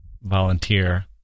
volunteer